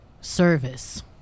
service